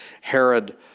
Herod